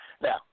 Now